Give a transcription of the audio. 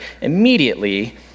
immediately